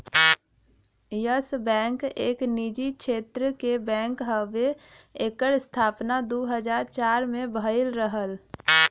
yes Bank एक निजी क्षेत्र क बैंक हउवे एकर स्थापना दू हज़ार चार में भयल रहल